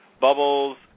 Bubbles